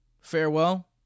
Farewell